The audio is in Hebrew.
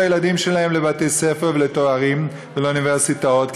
הילדים שלהם לבתי-ספר ולתארים ולאוניברסיטאות,